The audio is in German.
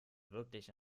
wirklich